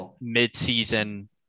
mid-season